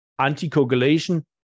anticoagulation